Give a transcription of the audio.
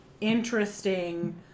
interesting